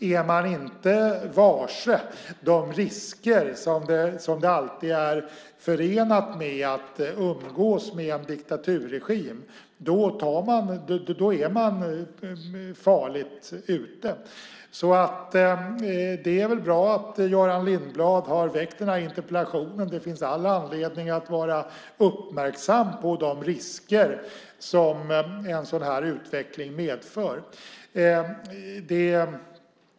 Är man inte varse de risker som det alltid är förenat med att umgås med en diktaturregim är man farligt ute. Det är bra att Göran Lindblad har väckt den här interpellationen. Det finns all anledning att vara uppmärksam på de risker som en sådan här utveckling medför.